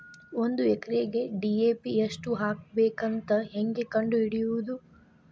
ಒಂದು ಎಕರೆಗೆ ಡಿ.ಎ.ಪಿ ಎಷ್ಟು ಹಾಕಬೇಕಂತ ಹೆಂಗೆ ಕಂಡು ಹಿಡಿಯುವುದು?